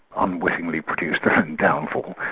unwittingly produced their own downfall.